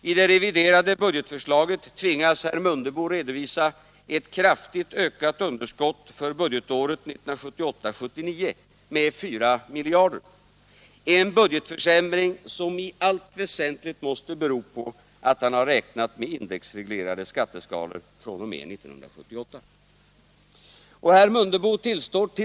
I det reviderade budgetförslaget tvingas herr Mundebo att redovisa ett kraftigt ökat underskott för budgetåret 1978/79, med 4 miljarder — en budgetförsämring som i allt väsentligt måste bero på att han har räknat med indexreglerade skatteskalor fr.o.m. 1978. Och herr Mundebo tillstår t.